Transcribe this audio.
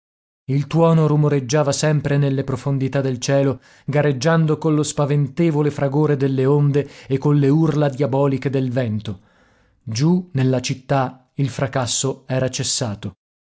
il tuono rumoreggiava sempre nelle profondità del cielo gareggiando collo spaventevole fragore delle onde e colle urla diaboliche del vento giù nella città il fracasso era cessato